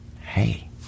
hey